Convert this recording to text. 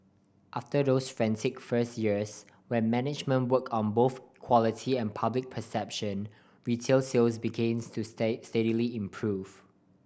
after those frantic first years when management work on both quality and public perception retail sales begins to steadily improve